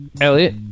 Elliot